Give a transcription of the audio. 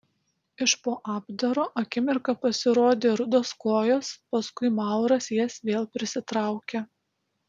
iš po apdaro akimirką pasirodė rudos kojos paskui mauras jas vėl prisitraukė